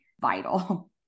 vital